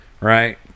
Right